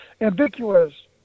ambiguous